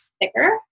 thicker